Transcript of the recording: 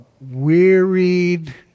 wearied